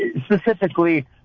specifically